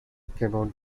cannot